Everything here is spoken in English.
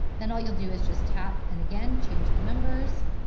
then all you'll do is just tap and again change the numbers,